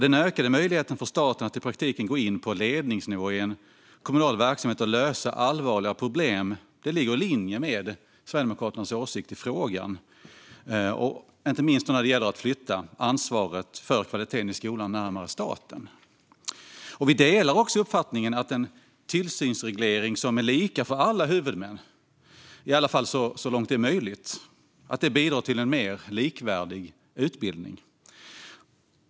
Den ökade möjligheten för staten att i praktiken gå in på ledningsnivå i en kommunal verksamhet och lösa allvarliga problem ligger i linje med Sverigedemokraternas åsikt i frågan, inte minst när det gäller att flytta ansvaret för kvaliteten i skolundervisningen närmare staten. Vi delar också uppfattningen att en tillsynsreglering som är lika för alla huvudmän, i alla fall så långt det är möjligt, bidrar till en mer likvärdig utbildning.